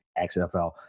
XFL